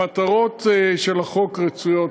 המטרות של החוק רצויות,